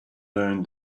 learned